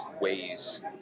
ways